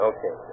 Okay